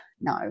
no